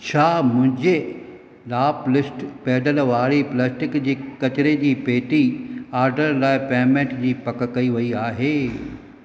छा मुंहिंजे लापलिस्ट पैडल वारी प्लास्टिक कचरे जी पेती ऑर्डरु लाइ पेमेंट जी पकि कई वई आहे